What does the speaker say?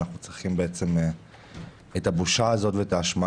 אנחנו צריכים לעזור להם לפרק את הבושה הזאת ואת האשמה